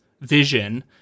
vision